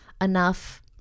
enough